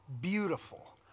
beautiful